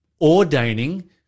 ordaining